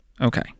Okay